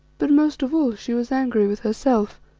but most of all she was angry with herself,